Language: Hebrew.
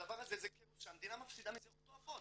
הדבר הזה זה כאוס שהמדינה מפסידה מזה הון תועפות.